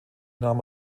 nahm